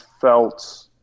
felt